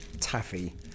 taffy